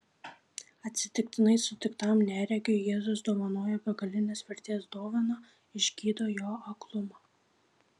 atsitiktinai sutiktam neregiui jėzus dovanoja begalinės vertės dovaną išgydo jo aklumą